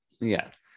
Yes